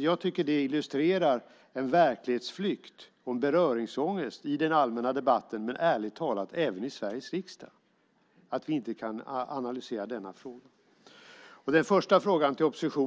Jag tycker att det illustrerar en verklighetsflykt och en beröringsångest i den allmänna debatten, men ärligt talat även i Sveriges riksdag, att vi inte kan analysera denna fråga. Jag ska tala om min egen politik.